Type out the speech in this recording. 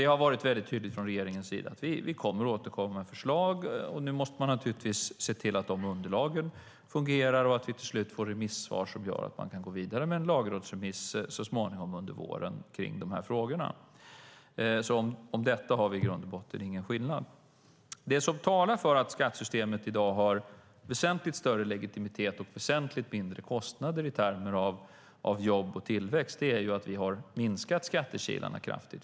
Regeringen har varit tydlig med att den återkommer med förslag. Nu måste man se till att underlagen fungerar och att vi till slut får remissvar så att vi så småningom kan gå vidare i de här frågorna med en lagrådsremiss under våren. Där råder i grund och botten ingen meningsskiljaktighet. Det faktum att vi har minskat skattekilarna kraftigt gör att skattesystemet i dag har väsentligt större legitimitet och väsentligt mindre kostnader i termer av färre jobb och lägre tillväxt.